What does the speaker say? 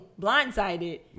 blindsided